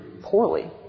poorly